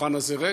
השולחן הזה ריק,